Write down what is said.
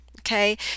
okay